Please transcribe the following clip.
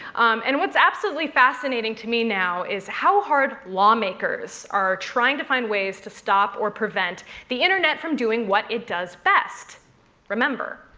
and what's absolutely fascinating to me now is how hard lawmakers lawmakers are trying to find ways to stop or prevent the internet from doing what it does best remember.